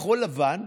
כחול לבן,